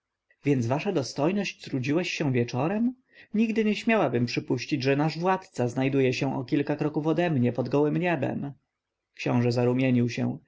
więc wasza dostojność trudziłeś się wieczorem nigdy nie śmiałabym przypuścić że nasz władca znajduje się o kilka kroków ode mnie pod gołem niebem książę zarumienił się